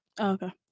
Okay